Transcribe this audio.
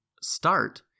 start